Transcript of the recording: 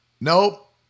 Nope